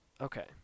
Okay